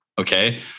Okay